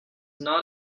not